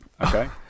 Okay